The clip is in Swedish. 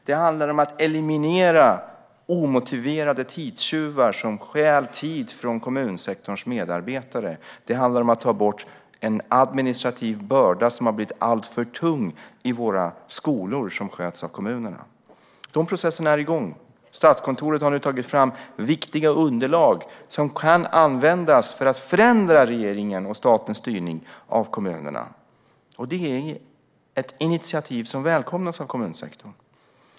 Det handlar om att eliminera omotiverade tidstjuvar som stjäl tid från kommunsektorns medarbetare. Det handlar om att ta bort en administrativ börda som har blivit alltför tung i våra skolor, som sköts av kommunerna. Dessa processer är igång. Statskontoret har tagit fram viktiga underlag som kan användas för att förändra regeringens och statens styrning av kommunerna. Det är ett initiativ som välkomnas av kommunsektorn.